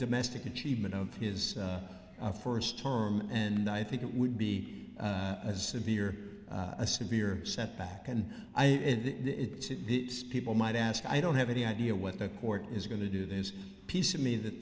domestic achievement of his first term and i think it would be as severe a severe setback and it people might ask i don't have any idea what the court is going to do this piece of me that